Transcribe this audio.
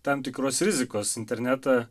tam tikros rizikos internetą